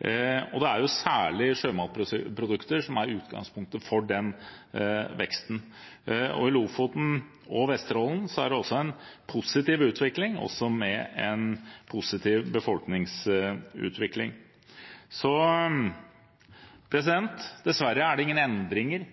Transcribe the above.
Det er særlig sjømatprodukter som er utgangspunktet for denne veksten. I Lofoten og Vesterålen er det også en positiv utvikling – også en positiv befolkningsutvikling. Dessverre er det ingen endringer